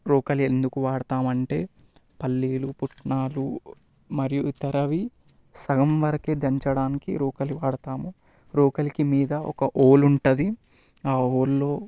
రోకలి ఎందుకు వాడతామంటే పల్లీలు పుట్నాలు మరియు ఇతరవి సగం మాత్రమే దంచడానికి రూకలు పడతాము రోకలికి మీద ఒక హోల్ ఉంటుంద ఆ హోలులో